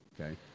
okay